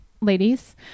ladies